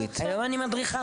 היום אני מדריכה.